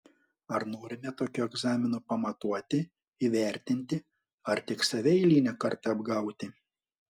ar norime tokiu egzaminu pamatuoti įvertinti ar tik save eilinį kartą apgauti